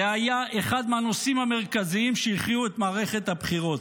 זה היה אחד מהנושאים המרכזיים שהכריעו את מערכת הבחירות.